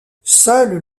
seul